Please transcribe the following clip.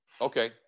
okay